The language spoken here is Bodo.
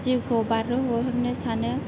जिउखौ बारहो हरहोनो सानो